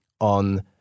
on